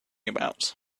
about